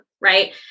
right